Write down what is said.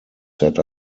set